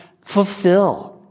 fulfill